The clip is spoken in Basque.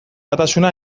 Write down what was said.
batasuna